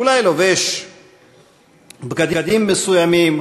אולי לובש בגדים מסוימים,